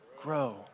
grow